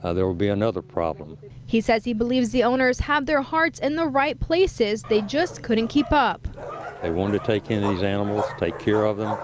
ah there will be another problem. reporter he says he believes the owners have their hearts in the right places. they just couldn't keep up. they wanted to take in these animal, take care of them.